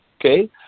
okay